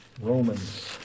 Romans